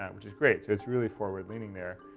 um which is great. so it's really forward-leaning there.